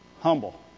Humble